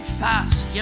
fast